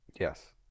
Yes